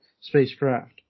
spacecraft